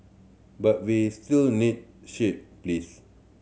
but we still need shade please